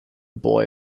boy